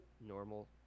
normal